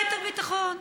ליתר ביטחון,